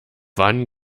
wann